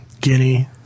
Guinea